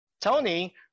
Tony